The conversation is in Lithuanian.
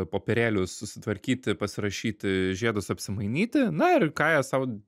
popierėlius susitvarkyti pasirašyti žiedus apsimainyti na ir ką jie sau